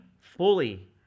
fully